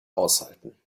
aushalten